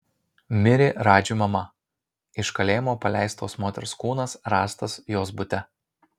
mirė radži mama iš kalėjimo paleistos moters kūnas rastas jos bute